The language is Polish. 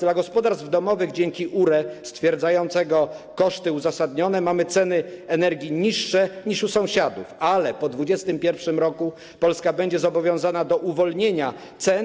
Dla gospodarstw domowych, dzięki URE zatwierdzającemu koszty uzasadnione, mamy ceny energii niższe niż u sąsiadów, ale po 2021 r. Polska będzie zobowiązana do uwolnienia cen.